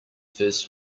first